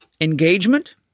engagement